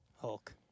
Hulk